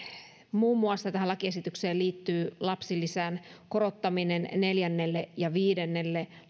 sitä että tähän lakiesitykseen liittyy muun muassa lapsilisän korottaminen yksinhuoltajaperheille sekä lapsiperheille neljännen ja viidennen